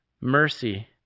Mercy